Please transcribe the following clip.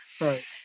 right